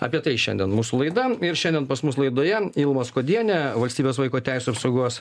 apie tai šiandien mūsų laida ir šiandien pas mus laidoje ilma skuodienė valstybės vaiko teisių apsaugos